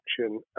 action